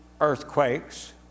earthquakes